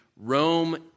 Rome